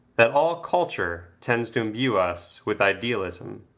that all culture tends to imbue us with idealism.